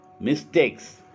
mistakes